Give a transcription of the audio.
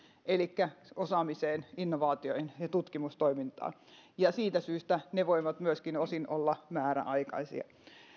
elikkä osaamiseen innovaatioihin ja ja tutkimustoimintaan ja siitä syystä ne voivat myöskin osin olla määräaikaisia